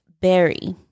Berry